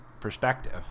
perspective